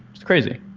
it's crazy.